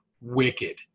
wicked